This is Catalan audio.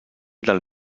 del